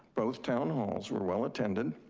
both town halls were well attended,